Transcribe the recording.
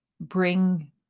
bring